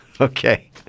Okay